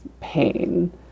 pain